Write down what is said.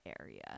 area